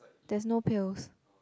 there's no pills